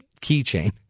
keychain